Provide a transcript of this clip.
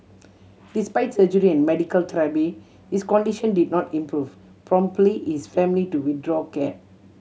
despite surgery and medical therapy his condition did not improve promptly is family to withdraw care